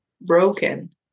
broken